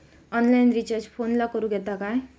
Online recharge फोनला करूक येता काय?